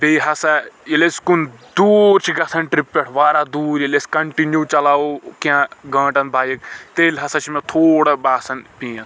بیٚیہِ ہسا ییٚلہِ أسۍ کُن دوٗر چھِ گژھان ٹرپ پٮ۪ٹھ واریاہ دوٗر ییٚلہِ أسۍ کنٹنیوٗ چلاوو کینٛہہ گنٛٹن بایِک تیٚلہِ ہسا چھُ مےٚ تھوڑا باسان پین